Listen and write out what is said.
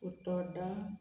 उतोडा